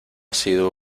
sido